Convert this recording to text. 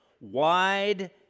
wide